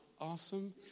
awesome